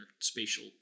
spatial